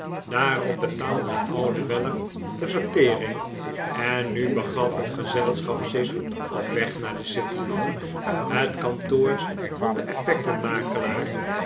daarop betaalde de oude weller de vertering en nu begaf het gezelschap zich op weg naar de city de